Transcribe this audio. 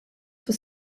for